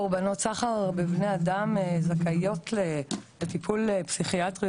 קורבנות סחר בבני אדם זכאיות לטיפול פסיכיאטרי,